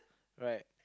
right